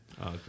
Okay